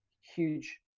huge